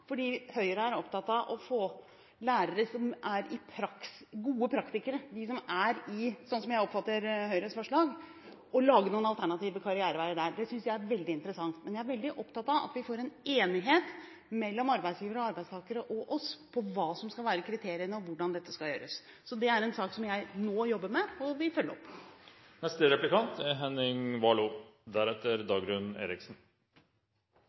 Høyre er opptatt av å få lærere som er gode praktikere, og – slik jeg oppfatter Høyres forslag – vil lage noen alternative karriereveier der. Det synes jeg er veldig interessant. Men jeg er veldig opptatt av at vi får en enighet mellom arbeidsgivere, arbeidstakere og oss om hva som skal være kriteriene, og hvordan dette skal gjøres. Det er en sak som jeg jobber med nå, og som jeg vil følge opp.